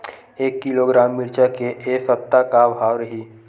एक किलोग्राम मिरचा के ए सप्ता का भाव रहि?